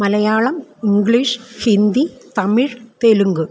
Malayalam English Hindi Tamil Telugu